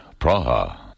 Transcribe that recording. Praha